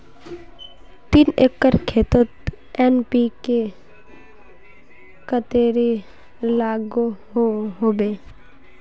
तीन एकर खेतोत एन.पी.के कतेरी लागोहो होबे?